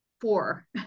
four